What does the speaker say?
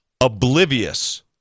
oblivious